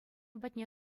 патне